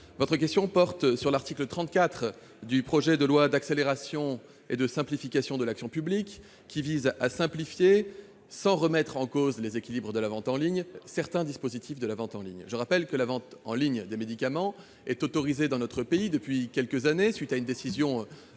Votre question porte sur l'article 34 du projet de loi d'accélération et de simplification de l'action publique, qui vise à simplifier, sans remettre en cause les équilibres de la vente en ligne, certains dispositifs de celle-ci. Je rappelle que la vente en ligne des médicaments est autorisée dans notre pays depuis quelques années, à la suite d'une décision